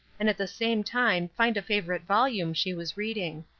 and at the same time find a favorite volume she was reading.